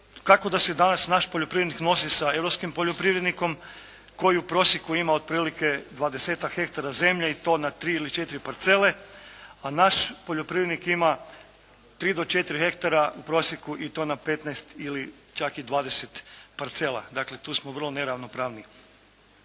Kako da se danas naš poljoprivrednik nosi sa europskim poljoprivrednikom koji u prosjeku ima otprilike dvadesetak hektara zemlje i to na 3 ili 4 parcele, a naš poljoprivrednik ima 3 do 4 hektara u prosjeku i to na 15 ili čak i 20 parcela. Dakle, tu smo vrlo neravnopravni.